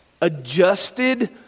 adjusted